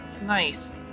Nice